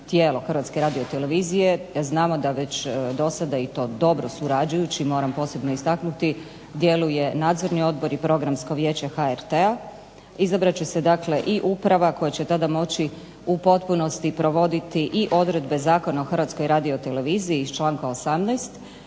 tijelo Hrvatske radiotelevizije. Znamo da već do sada i to dobro surađujući, moram posebno istaknuti, djeluje nadzorni odbor i Programsko vijeće HRT-a, izabrat će se dakle i uprava koja će tada moći u potpunosti provoditi i odredbe Zakona o Hrvatskoj radioteleviziji iz članka 18.